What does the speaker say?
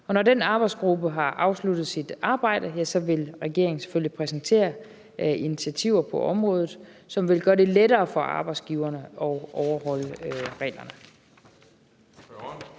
når den arbejdsgruppe har afsluttet sit arbejde, vil regeringen selvfølgelig præsentere initiativer på området, som vil gøre det lettere for arbejdsgiverne at overholde reglerne.